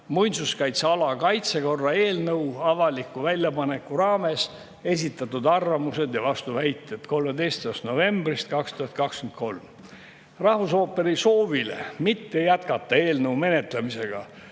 muinsuskaitseala kaitsekorra eelnõu avaliku väljapaneku raames esitatud arvamused ja vastuväited" 13. novembrist 2023. Rahvusooperi soovile mitte jätkata eelnõu menetlemist,